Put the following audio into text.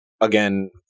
again